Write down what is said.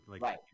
Right